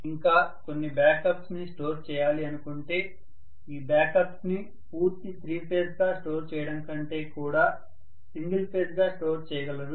ఇంకా కొన్ని బ్యాకప్స్ ని స్టోర్ చేయాలి అనుకుంటే ఈ బ్యాకప్స్ ని పూర్తి త్రీ ఫేజ్ గా స్టోర్ చేయడం కంటే కూడా సింగల్ ఫేజ్ గా స్టోర్ చేయగలరు